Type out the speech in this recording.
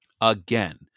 Again